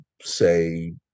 say